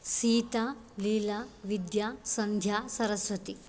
Sita Leela Vidya Sandhya Saraswati